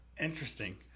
Interesting